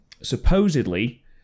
supposedly